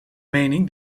mening